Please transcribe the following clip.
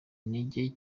intege